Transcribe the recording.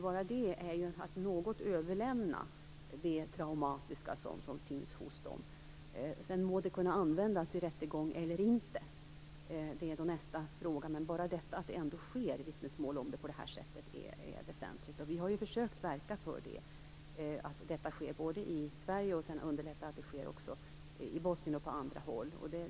Bara det är att något överlämna det traumatiska som finns hos dem, oavsett om det sedan kan användas i rättegång eller inte. Det är nästa fråga. Bara det förhållandet att vittnesmål om detta lämnas på det här sättet är väsentligt. Vi har försökt att verka för att detta sker i Sverige och även för att det underlättas i Bosnien och på andra håll.